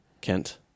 Kent